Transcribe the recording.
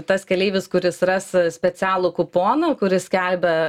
tas keleivis kuris ras specialų kuponą kuris skelbia